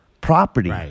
property